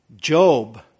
Job